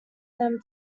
them